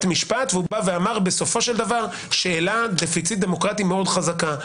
משפט ואמר בסופו של דבר שאלה דפיציט דמוקרטי מאוד חזקה.